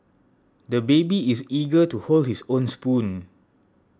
the baby is eager to hold his own spoon